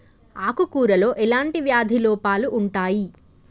ఆకు కూరలో ఎలాంటి వ్యాధి లోపాలు ఉంటాయి?